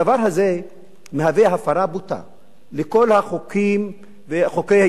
הדבר הזה מהווה הפרה בוטה של כל החוקים וחוקי-היסוד,